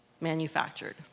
manufactured